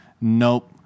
Nope